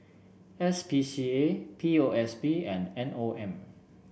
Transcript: S P C A P O S B and M O M